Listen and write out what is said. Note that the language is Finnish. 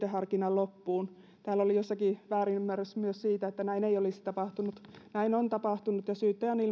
loppuun täällä oli jossakin väärinymmärrys myös siitä että näin ei olisi tapahtunut näin on tapahtunut ja syyttäjä on